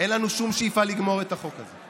אין לנו שום שאיפה לגמור את החוק הזה.